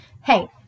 Hey